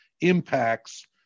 impacts